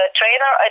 trainer